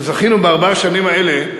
שזכינו בארבע השנים האלה